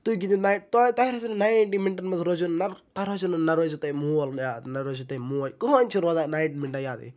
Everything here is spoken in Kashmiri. تُہۍ گِنٛدیوٗ نَے تۄہہِ تۄہہِ روزیو نہٕ ناینٹی مِنٹَن منٛز روزیو نہ تۄہہ روزیو نہٕ نہ روزیو تۄہہِ مول نہٕ یاد نہ روزیو تۄہہِ موج کٕہٕنۍ چھِ روزان ناینٹی مِنٹَن یادٕے